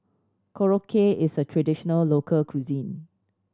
Korokke is a traditional local cuisine